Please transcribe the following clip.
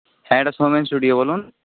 হ্যাঁ এটা সৌমেন স্টুডিও বলুন